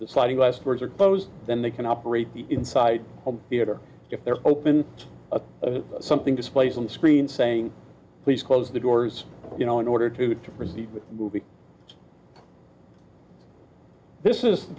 the sliding glass doors are closed then they can operate inside it or if they're open of something displays on the screen saying please close the doors you know in order to proceed with movie this is the